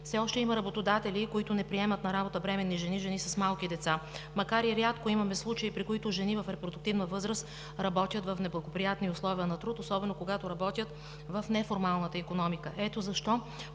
Все още има работодатели, които не приемат на работа бременни жени, жени с малки деца. Макар и рядко, имаме случаи, при които жени в репродуктивна възраст работят в неблагоприятни условия на труд, особено когато работят в неформалната икономика. Ето защо